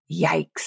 Yikes